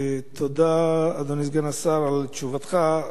תודה, אדוני סגן השר, על תשובתך,